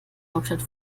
hauptstadt